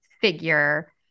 figure